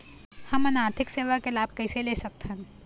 हमन आरथिक सेवा के लाभ कैसे ले सकथन?